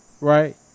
Right